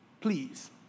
Please